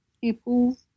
people